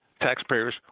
Taxpayers